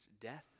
death